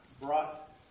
brought